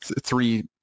three